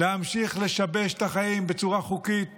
להמשיך לשבש את החיים בצורה חוקית